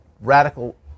radical